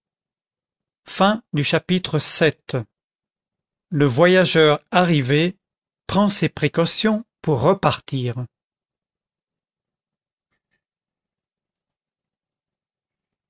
chapitre vii le voyageur arrivé prend ses précautions pour repartir